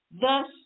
Thus